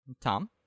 Tom